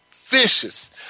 vicious